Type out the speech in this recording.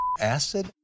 acid